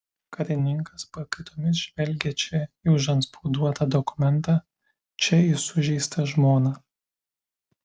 karininkas pakaitomis žvelgė čia į užantspauduotą dokumentą čia į sužeistą žmoną